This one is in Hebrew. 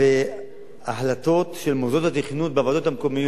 החלטות של מוסדות התכנון בוועדות המקומיות,